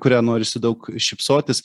kurią norisi daug šypsotis